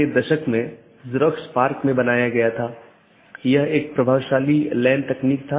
यह एक शब्दावली है या AS पाथ सूची की एक अवधारणा है